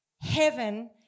heaven